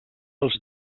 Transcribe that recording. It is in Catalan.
els